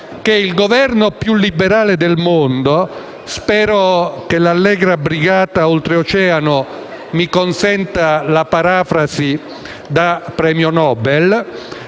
del "Governo più liberale del mondo" (spero che l'allegra brigata oltreoceano mi consenta la parafrasi da premio Oscar.